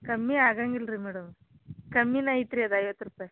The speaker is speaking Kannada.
ಕಮ್ಮಿ ಆಗಂಗಿಲ್ಲ ರೀ ಮೇಡಮ್ ಕಮ್ಮಿನೇ ಐತೆ ರೀ ಅದು ಐವತ್ತು ರೂಪಾಯಿ